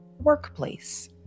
Workplace